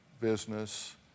business